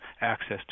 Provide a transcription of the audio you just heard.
access